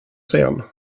sen